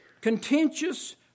contentious